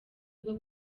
bwo